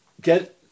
get